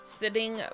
sitting